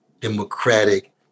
democratic